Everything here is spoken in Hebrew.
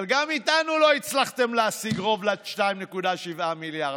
אבל גם איתנו לא הצלחתם להשיג רוב ל-2.7 מיליארד.